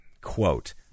Quote